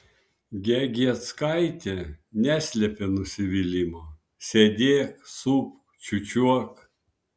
gegieckaitė neslėpė nusivylimo sėdėk supk čiūčiuok